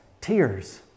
tears